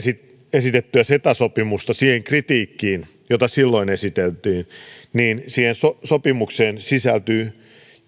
esitettyä ceta sopimusta peilaa siihen kritiikkiin jota silloin esitettiin niin siihen sopimukseen sisältyy